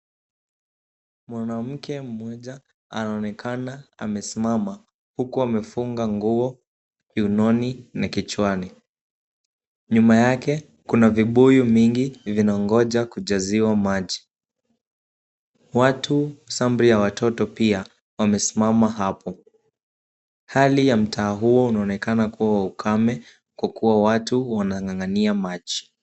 Mwanamke mmoja anaonekana amesimama huku amefunga nguo kiunoni na kichwani. Nyuma yake kuna vibuyu mingi vinangonja kujaziwa maji. Watu sampuli ya watoto pia wamesimama hapo. Hali ya mtaa huo unaonekana kuwa wa ukame kwa kuwa watu wanang'ang'ania maji.